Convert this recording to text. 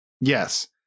Yes